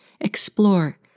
Explore